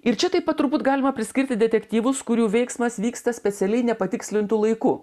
ir čia taip pat turbūt galima priskirti detektyvus kurių veiksmas vyksta specialiai nepatikslintu laiku